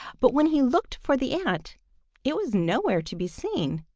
but when he looked for the ant it was nowhere to be seen,